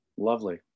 lovely